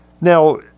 Now